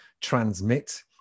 transmit